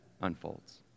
unfolds